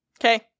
okay